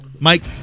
Mike